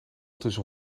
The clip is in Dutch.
tussen